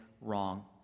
wrong